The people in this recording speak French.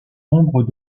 nombre